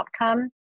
outcome